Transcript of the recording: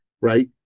Right